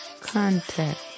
contact